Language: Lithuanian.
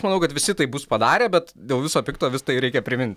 manau kad visi tai bus padarę bet dėl viso pikto vis tai reikia primint